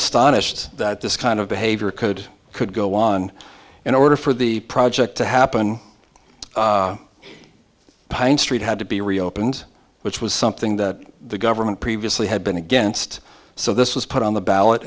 astonished that this kind of behavior could could go on in order for the project to happen pine street had to be reopened which was something that the government previously had been against so this was put on the ballot